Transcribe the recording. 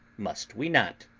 must we not?